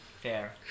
Fair